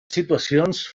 situacions